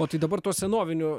o tai dabar tuo senoviniu